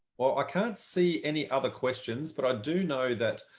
well, i can't see any other questions, but i do know that.